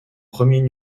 premiers